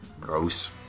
gross